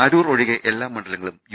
അരൂർ ഒഴികെ എല്ലാ മണ്ഡലങ്ങളും യു